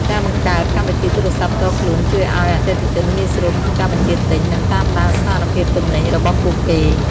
ការបង្កើតកម្មវិធីទូរស័ព្ទផ្ទាល់ខ្លួនជួយឱ្យអតិថិជនងាយស្រួលក្នុងការបញ្ជាទិញ និងតាមដានស្ថានភាពទំនិញរបស់ពួកគេ។